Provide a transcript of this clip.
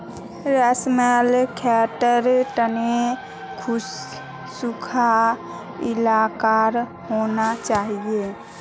रेशमेर खेतीर तने सुखा इलाका होना चाहिए